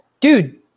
Dude